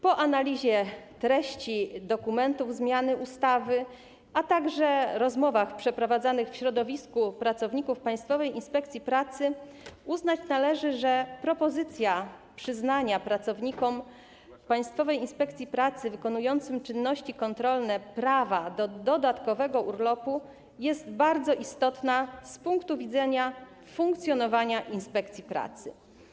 Po analizie treści dokumentów zmiany ustawy, a także rozmowach przeprowadzanych w środowisku pracowników Państwowej Inspekcji Pracy uznać należy, że propozycja przyznania pracownikom Państwowej Inspekcji Pracy wykonującym czynności kontrolne prawa do dodatkowego urlopu jest bardzo istotna z punktu widzenia funkcjonowania inspekcji pracy.